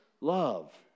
love